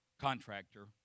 contractor